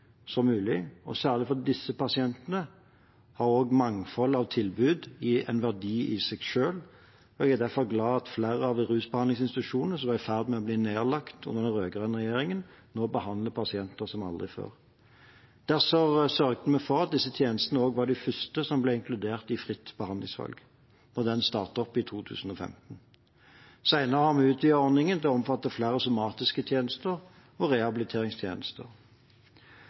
som mulig til behandling, og særlig for disse pasientene har også mangfoldet av tilbud en verdi i seg selv. Jeg er derfor glad for at flere av rusbehandlingsinstitusjonene som var i ferd med å bli nedlagt under den rød-grønne regjeringen, nå behandler pasienter som aldri før. Derfor sørget vi for at disse tjenestene var de første som ble inkludert i fritt behandlingsvalg da dette startet opp i 2015. Senere har vi utvidet ordningen til å omfatte flere somatiske tjenester og rehabiliteringstjenester.